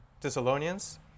Thessalonians